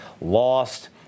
lost